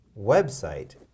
website